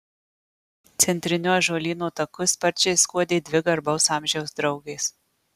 centriniu ąžuolyno taku sparčiai skuodė dvi garbaus amžiaus draugės